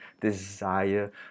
Desire